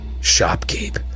shopkeep